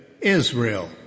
Israel